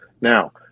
Now